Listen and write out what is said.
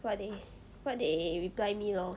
what they what they reply me lor